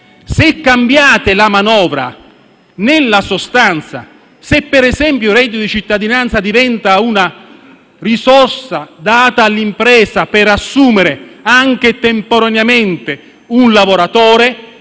Se cambiate la manovra nella sostanza, se, per esempio, il reddito di cittadinanza diventa una risorsa data all'impresa per assumere anche temporaneamente un lavoratore,